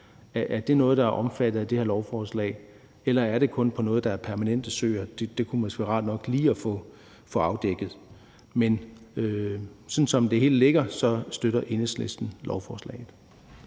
Er det noget, der er omfattet af det her lovforslag, eller er det kun på permanente søer? Det kunne måske være rart nok lige at få afdækket. Men som det hele ligger, støtter Enhedslisten lovforslaget.